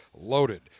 loaded